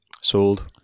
Sold